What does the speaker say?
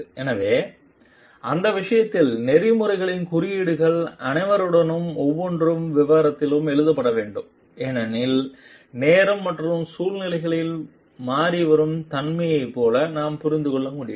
எனவே அந்த விஷயத்தில் நெறிமுறைகளின் குறியீடுகள் அனைவருடனும் ஒவ்வொரு விவரத்திலும் எழுதப்பட வேண்டும் ஏனெனில் நேரம் மற்றும் சூழ்நிலைகளின் மாறிவரும் தன்மையைப் போல நாம் புரிந்து கொள்ள முடியும்